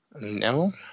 No